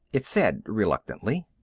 it said reluctantly.